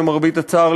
למרבה הצער,